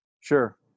sure